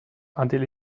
until